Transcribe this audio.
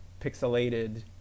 pixelated